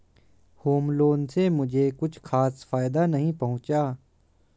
home loan से मुझे कुछ खास फायदा नहीं पहुंचा